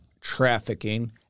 trafficking